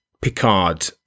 Picard